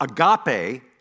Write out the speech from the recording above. agape